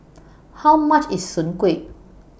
How much IS Soon Kueh